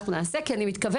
אנחנו נעשה כי אני מתכוונת,